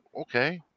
Okay